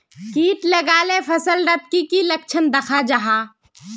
किट लगाले फसल डात की की लक्षण दखा जहा?